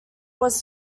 was